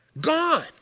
Gone